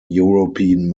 european